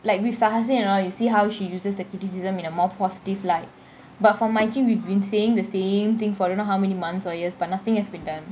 like with tahasen and all you see how she uses the criticism in a more positive light but for marichin we've saying the same thing for don't know how many months or years but nothing has been done